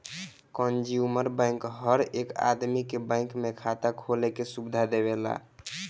consumer bank हर एक आदमी के बैंक में खाता खोले के सुविधा देवेला